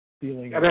feeling